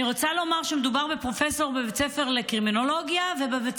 אני רוצה לומר שמדובר בפרופסורית בבית ספר לקרימינולוגיה ובבית